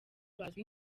bazwi